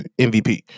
MVP